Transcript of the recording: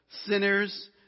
sinners